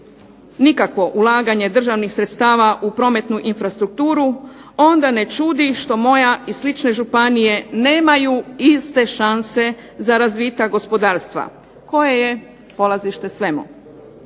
nikakvo ulaganje državnih sredstava u prometnu infrastrukturu, onda ne čudi što moja i slične županije nemaju iste šanse za razvitak gospodarstva koje je polazište svemu,